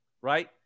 right